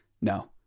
no